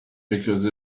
because